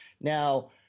Now